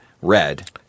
red